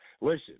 Listen